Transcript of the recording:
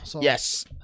Yes